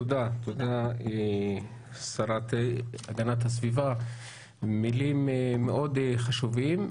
תודה, שרת הגנת הסביבה, מילים מאוד חשובות.